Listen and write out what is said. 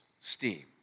steam